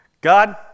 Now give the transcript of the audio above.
God